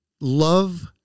love